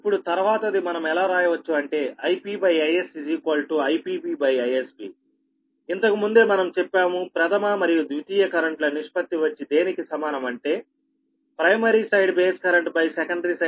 ఇప్పుడు తర్వాతది మనం ఎలా రాయవచ్చు అంటే IpIs IpBIsBఇంతకు ముందే మనం చెప్పాము ప్రథమ మరియు ద్వితీయ కరెంట్ ల నిష్పత్తి వచ్చి దేనికి సమానం అంటే primary side base currentsecondary side base current 'a'